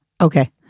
Okay